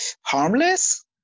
harmless